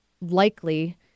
likely